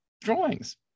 drawings